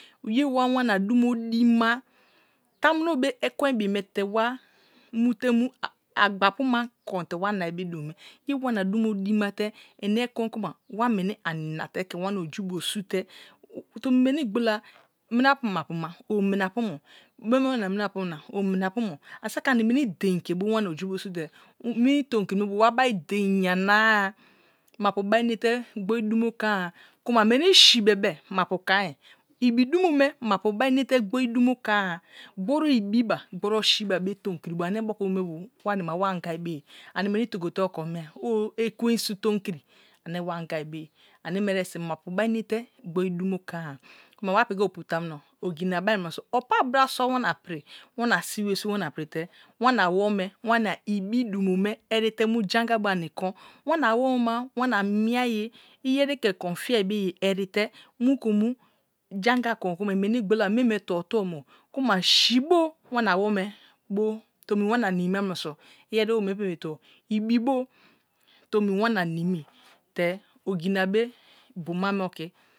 Ye wa wana duma dima tamuno ke ekwen bime te wa me te mu agba pu ma kon te wa nai be dumo ye wana duno dima te ime ek wen ku-ma wa meni ani nate ke mala na oje bu sute tomi weni gbola mina apu ma pu ma owu mina pu mo, mibo na mina apu owu mina pu mo ani saki anr meni dein ke bo wana oju bu su te me ton kini mue bu wa bai dein ya-mapu bai mate gooidimo koa-a kuma weni si̱ bebe mapu koi bi dumo me mapu bai mate glori chimo koa glootibo ubiba glootibo si̱ ba be tomkiri ane motru nu mo bo wani ma na-a wana wa ani weni angai be ye tigote oko mie own ekwensu tomkin ane wa angai beye aue me evesi mapu i bai inate gooi humo troa-a kuma wa piti opu lamuno ogena bai wiunoso opa bta sua pri, wana si̱ worigo wana pri te wana awome wana abi chumo me erite mu janga bo ani kon. Wana ausema wana mie ayi iyen ke kon faiye be ye erite mu ku mu jonga kon kruma. in meni gbola mie me tuo tuo mo kuma sibu wana aweme buitomi wana nimi ma mennoso yen own wie pem be tno ibi bu tomi wana nimi te ogina be boma me oki.